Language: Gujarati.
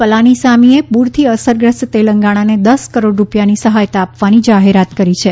પલાનીસામીએ પુરથી અસરગ્રસ્ત તેલંગાણાને દસ કરોડ રૂપિયાની સહાયતા આપવાની જાહેરાત કરી છે